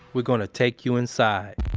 we're gonna take you inside.